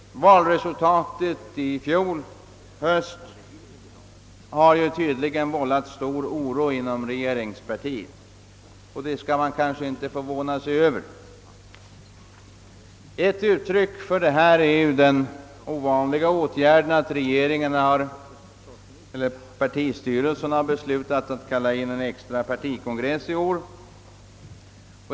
Valresultatet i fjol höst har tydligen vållat stor oro inom regeringspartiet, och det skall man kanske inte förvåna sig över. Ett uttryck för detta är den ovanliga åtgärden att partistyrelsen beslutat att inkalla en extra partikongress i år.